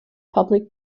public